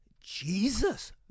Jesus